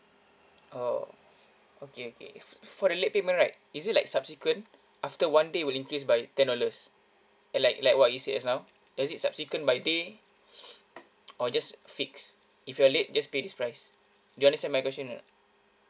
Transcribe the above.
oh okay okay for for the late payment right is it like subsequent after one day will increase by ten dollars at like like what you said just now is it subsequent by day or just fixed if you're late just pay this price do you understand my question or not